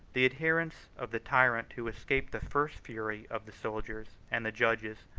the adherents of the tyrant who escaped the first fury of the soldiers, and the judges,